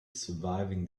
surviving